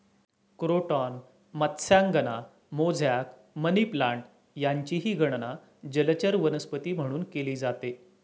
croton मत्स्यांगना, mosaic, money plant यांचीही गणना जलचर वनस्पती म्हणून केली जाते